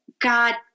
God